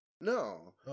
No